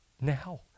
now